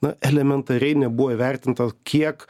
na elementariai nebuvo įvertinta kiek